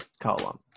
column